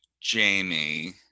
Jamie